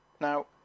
Now